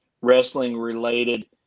wrestling-related